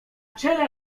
czele